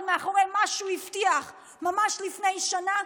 מאחורי מה שהוא הבטיח ממש לפני שנה,